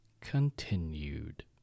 continued